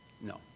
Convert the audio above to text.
No